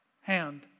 hand